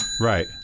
Right